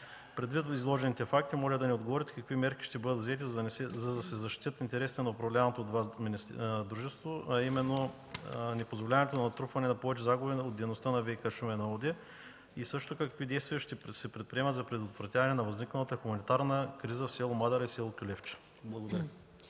Предвид изложените факти, моля да ни отговорите какви мерки ще бъдат взети, за да се защитят интересите на управляваното от Вас дружество, а именно непозволяването на натрупване на повече загуби от дейността на „ВиК – Шумен“ ООД? Какви действия ще се предприемат за предотвратяване на възникналата хуманитарна криза в с. Мадара и в с. Кюлевча?